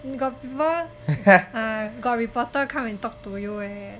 you got people ah got reporter come and talk to you leh